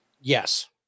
yes